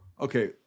okay